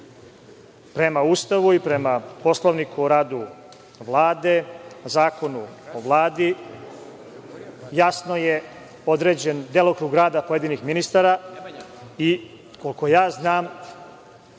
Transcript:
Prema Ustavu i prema Poslovniku o radu Vlade, Zakonu o Vladi, jasno je određen delokrug rada pojedinih ministara i koliko znam